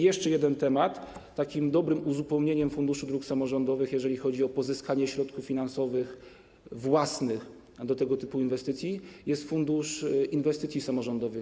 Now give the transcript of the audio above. Jeszcze jeden temat: dobrym uzupełnieniem Funduszu Dróg Samorządowych, jeżeli chodzi o pozyskanie środków finansowych własnych do tego typu inwestycji, jest Fundusz Inwestycji Samorządowych.